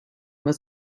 was